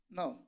no